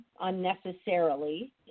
unnecessarily